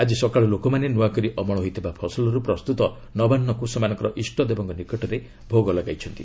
ଆଜି ସକାଳୁ ଲୋକମାନେ ନୂଆକରି ଅମଳ ହୋଇଥିବା ଫସଲରୁ ପ୍ରସ୍ତୁତ ନବାନ୍ନକୁ ସେମାନଙ୍କର ଇଷଦେବଙ୍କ ନିକଟରେ ଭୋଗ ଲଗାଇଛନ୍ତି